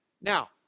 Now